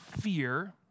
fear